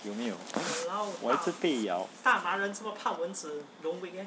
有没有我一直被咬